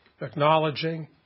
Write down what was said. acknowledging